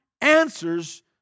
answers